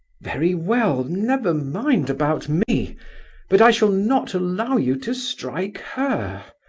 very well never mind about me but i shall not allow you to strike her!